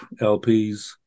LPs